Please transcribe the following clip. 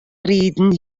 riden